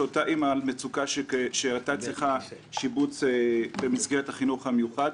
אותה אימא שהייתה צריכה שיבוץ במסגרת החינוך המיוחד.